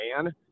man